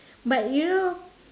but you know